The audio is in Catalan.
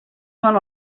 són